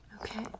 Okay